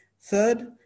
third